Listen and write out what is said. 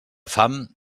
fam